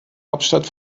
hauptstadt